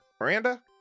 Miranda